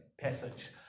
passage